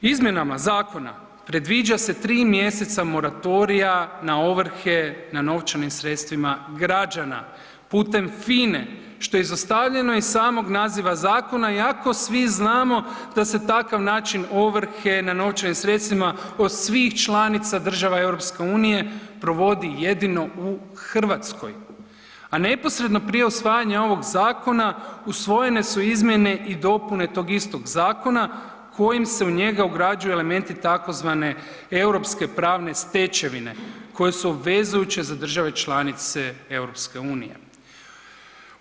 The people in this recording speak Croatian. Izmjenama zakona predviđa se 3 mj. moratorija na ovrhe na novčanim sredstvima građana putem FINA-e što je izostavljeno iz samog naziva zakona iako svi znamo da se takav način ovrhe na novčanim sredstvima od svih članica država EU-a provodi jedino u Hrvatskoj a neposredno prije usvajanja ovog zakona, usvojene su izmjene i dopune tog istog zakona kojim se u njega ugrađuje elementi tzv. europske pravne stečevine koje su obvezujuće za države članice EU-a.